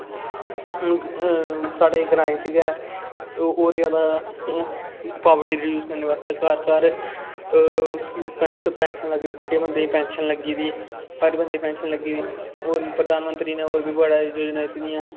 हून साढ़े ग्राएं च गै होर जादा पावर्टी रडियूस करने आस्तै घर घर पैंशन लग्गी बुड्ढें बंदें पैंशन लग्गी दी हर बंदे दी पैंशन लग्गी दी होर बी प्रधानमंत्री नै होर बी बड़ी जोजनां दित्ती दियां